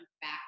back